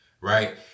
right